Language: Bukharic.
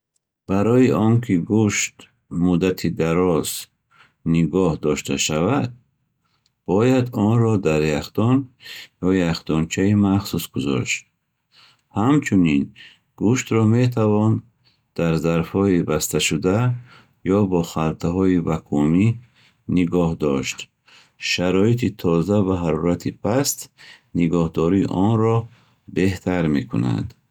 Барои он ки гӯшт муддати дароз нигоҳ дошта шавад, бояд онро дар яхдон ё яхдончаи махсус гузошт. Ҳамчунин, гӯштро метавон дар зарфҳои басташуда ё бо халтаҳои вакуумӣ нигоҳ дошт. Шароити тоза ва ҳарорати паст нигоҳдории онро беҳтар мекунад.